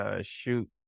shoot